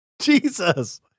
Jesus